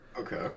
Okay